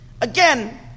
Again